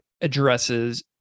addresses